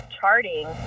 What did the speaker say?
charting